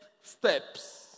steps